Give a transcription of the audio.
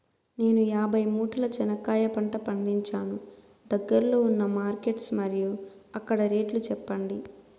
నేను యాభై మూటల చెనక్కాయ పంట పండించాను దగ్గర్లో ఉన్న మార్కెట్స్ మరియు అక్కడ రేట్లు చెప్పండి?